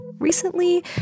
Recently